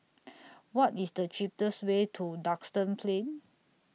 What IS The cheapest Way to Duxton Plain